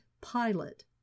pilot